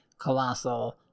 Colossal